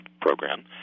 program